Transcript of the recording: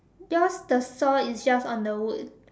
yours the saw is just on the wood